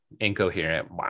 incoherent